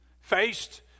faced